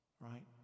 Right